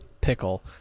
Pickle